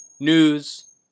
news